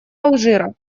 алжира